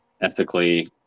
ethically